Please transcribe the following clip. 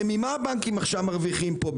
הרי ממה הבנקים מרוויחים עכשיו?